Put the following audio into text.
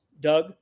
doug